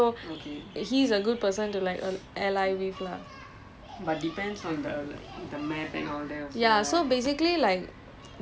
I think anthony is damn good he's damn good at like strategising and everything so he's a good person to like a~ ally with lah